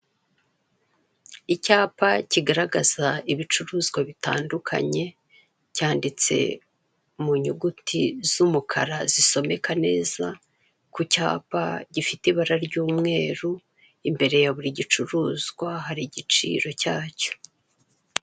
Icyapa kigaragaza ibicuruzwa bitandukanye, cyanditse mu nyuguti z'umukara zisomeka neza ku cyapa gifite ibara ry'umweru, imbere ya buri gicuruzwa hari igiciro cyacyo.